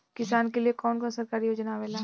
किसान के लिए कवन कवन सरकारी योजना आवेला?